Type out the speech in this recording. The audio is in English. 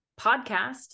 podcast